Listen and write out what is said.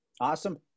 Awesome